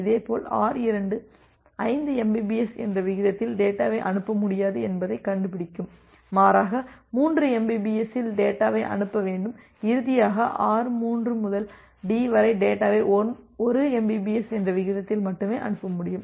இதேபோல் R2 5 mbps என்ற விகிதத்தில் டேட்டாவை அனுப்ப முடியாது என்பதைக் கண்டுபிடிக்கும் மாறாக 3 mbps இல் டேட்டாவை அனுப்ப வேண்டும் இறுதியாக R3 முதல் D வரை டேட்டாவை 1 mbps என்ற விகிதத்தில் மட்டுமே அனுப்ப முடியும்